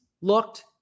looked